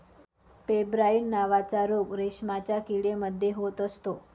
pebrine नावाचा रोग रेशमाच्या किडे मध्ये होत असतो